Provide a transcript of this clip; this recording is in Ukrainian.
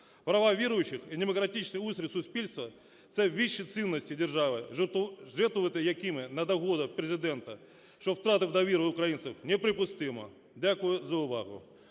Права віруючих і демократичний устрій суспільства – це вічні цінності держави, жертвувати якими на догоду Президента, що втратив довіру українців, неприпустимо. Дякую за увагу.